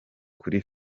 kuri